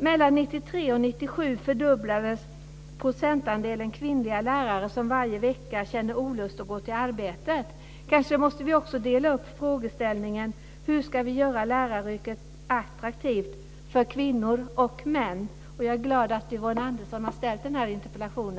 Mellan 1993 och 1997 fördubblades procentandelen kvinnliga lärare som varje vecka kände olust inför att gå till arbetet. Vi borde också dela upp frågeställningen: Hur ska vi göra lärarjobbet attraktivt för kvinnor och män? Jag är glad över att Yvonne Andersson har framställt den här interpellationen.